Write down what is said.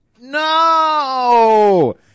No